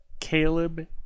Caleb